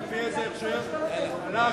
לפי איזה הכשר, כולם מגישים אוכל כשר.